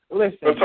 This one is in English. listen